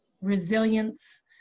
resilience